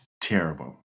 terrible